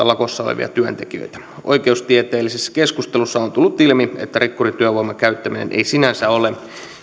lakossa olevia työntekijöitä oikeustieteellisessä keskustelussa on tullut ilmi että rikkurityövoiman käyttäminen ei sinänsä ole